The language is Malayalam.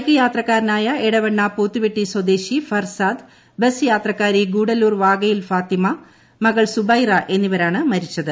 ബൈക്ക് യാത്രക്കാരനായ എടവണ്ണ പോത്തുവെട്ടി സ്വദേശി ഫർസാദ് ബസ് യാത്രക്കാരി ഗൂഢല്ലൂർ വാകയിൽ ഫാത്തിമ മകൾ സുബൈറ എന്നിവരാണ് മരിച്ചത്